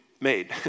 made